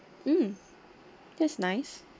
mm that's nice